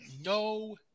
No